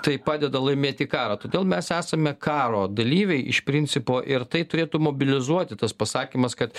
tai padeda laimėti karą todėl mes esame karo dalyviai iš principo ir tai turėtų mobilizuoti tas pasakymas kad